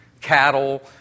cattle